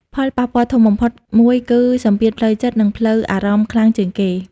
ផលប៉ះពាល់ធំបំផុតមួយគឺ សម្ពាធផ្លូវចិត្ត និងផ្លូវអារម្មណ៍ខ្លាំងជាងគេ។